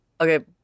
okay